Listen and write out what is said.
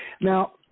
Now